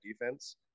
defense